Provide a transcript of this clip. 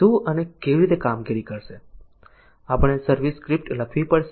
આપણે service script લખવી પડશે